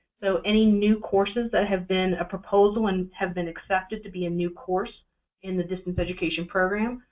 so any new courses that have been a proposal and have been accepted to be a new course in the distance education program,